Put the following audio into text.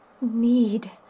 need